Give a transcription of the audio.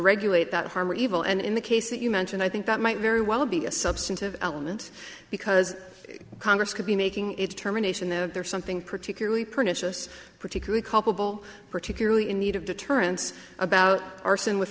regulate that harm or evil and in the case that you mentioned i think that might very well be a substantive element because congress could be making a determination that there's something particularly pernicious particularly culpable particularly in need of deterrence about arson with